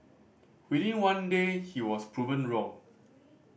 within one day he was proven wrong